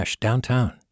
Downtown